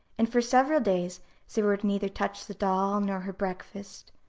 and for several days sara would neither touch the doll, nor her breakfast,